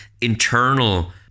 internal